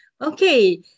Okay